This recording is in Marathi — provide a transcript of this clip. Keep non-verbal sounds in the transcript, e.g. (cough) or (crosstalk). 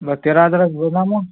बरं तेरा हजारात (unintelligible) मग